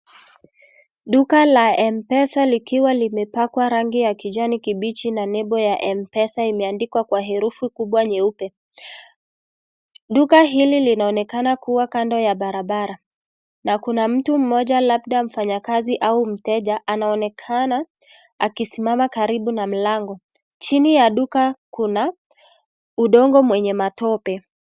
Duka la M-Pesa likiwa limepakwa rangi ya kijani kibichi na nembo ya M-Pesa imeandikwa kwa herufu kubwa nyeupe. Duka hili linaonekana kuwa kando ya barabara na kuna mtu mmoja labda mfanya kazi au mteja, anaonekana akisimama karibu na mlango. Chini ya duka kuna udongo mwenye matope.